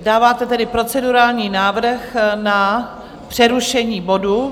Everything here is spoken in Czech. Dáváte tedy procedurální návrh na přerušení bodu.